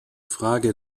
frage